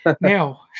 Now